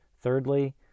thirdly